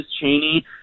Cheney